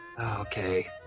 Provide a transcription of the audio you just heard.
okay